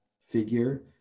figure